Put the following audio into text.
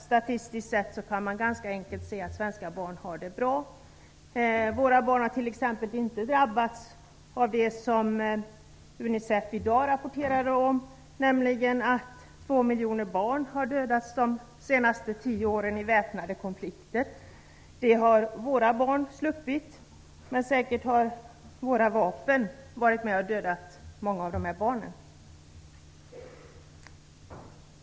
Statistiskt sett kan man ganska enkelt se att svenska barn har det bra. Våra barn har t.ex. inte drabbats av det som Unicef i dag rapporterar om, nämligen att 2 miljoner barn har dödats under de senaste tio åren i väpnade konflikter. Det har våra barn sluppit. Men säkert har våra vapen varit med och dödat många av dessa barn.